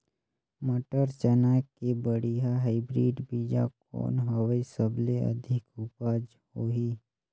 मटर, चना के बढ़िया हाईब्रिड बीजा कौन हवय? सबले अधिक उपज होही?